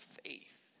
faith